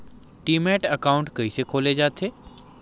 Demat account कइसे खोले जाथे?